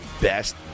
best